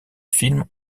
film